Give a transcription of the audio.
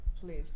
Please